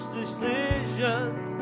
decisions